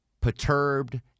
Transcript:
perturbed